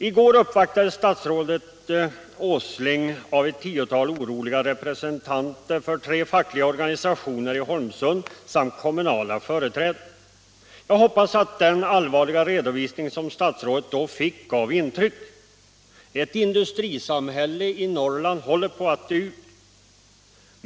I går uppvaktades statsrådet Åsling av ett tiotal oroliga representanter för tre fackliga organisationer i Holmsund samt kommunala företrädare. Jag hoppas att den allvarliga redovisning som statsrådet då fick gav intryck. Ett industrisamhälle i Norrland håller på att dö ut.